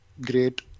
great